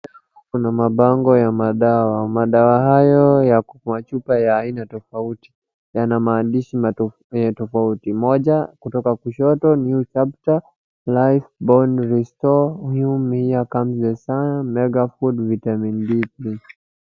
Hapa kuna mabango ya madawa. Madawa hayo yako kwa machupa ya aina tofauti yana maandishi tofauti tofauti. Moja toka kushoto New Chapter, Life Bone Restore, Herecomes the Sun, Megafood Vitamin D3.